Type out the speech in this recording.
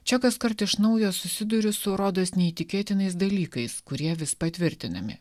čia kaskart iš naujo susiduriu su rodos neįtikėtinais dalykais kurie vis patvirtinami